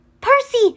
Percy